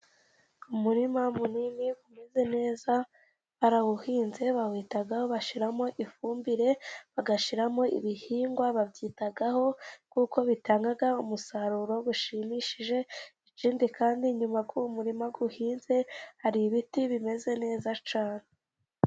Umurima munini umeze neza, barawuhinze bawihitaho bashyiramo ifumbire bashyiramo ibihingwa, babyitaho kuko bitanga umusaruro ushimishije, ikindi kandi inyuma kuri uwo murima uhinze hari ibiti bimeze neza cyane.